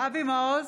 אבי מעוז,